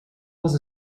was